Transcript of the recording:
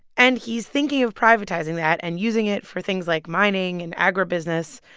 and he's thinking of privatizing that and using it for things like mining and agro business